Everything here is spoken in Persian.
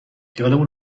خیالمون